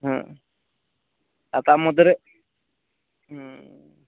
ᱦᱮᱸ ᱛᱟᱨ ᱢᱚᱫᱽᱫᱷᱮ ᱨᱮ